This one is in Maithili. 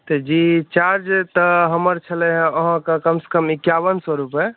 जी चार्ज तऽ हमर छलै अहाॅंके कम सॅं कम इकावन सए रुपैआ